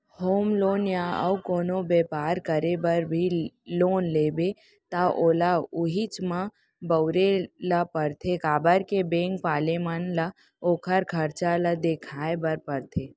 home loan या अउ कोनो बेपार करे बर भी लोन लेबे त ओला उहींच म बउरे ल परथे काबर के बेंक वाले मन ल ओखर खरचा ल देखाय बर परथे